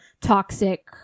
toxic